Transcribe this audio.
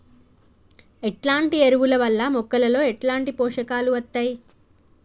ఎట్లాంటి ఎరువుల వల్ల మొక్కలలో ఎట్లాంటి పోషకాలు వత్తయ్?